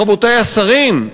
רבותי השרים,